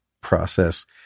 process